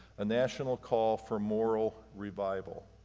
a national call for moral revival.